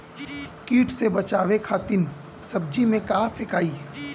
कीट से बचावे खातिन सब्जी में का फेकाई?